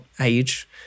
age